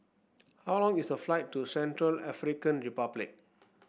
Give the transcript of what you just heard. how long is the flight to Central African Republic